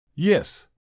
Yes